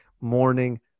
morning